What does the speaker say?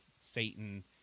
satan